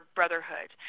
brotherhood